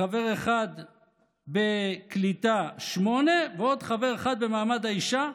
חבר אחד בקליטה, שמונה, ועוד חבר אחד במעמד האישה,